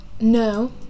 No